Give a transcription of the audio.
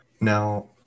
Now